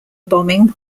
bombing